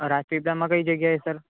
રાજપીપળામાં કઈ જગ્યાએ સર